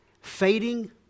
fading